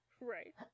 Right